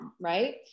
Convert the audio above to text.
right